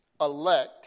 elect